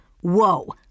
Whoa